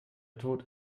tod